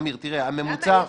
אמיר, תראה, הממוצע --- אין לך.